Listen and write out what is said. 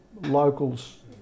locals